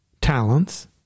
talents